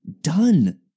done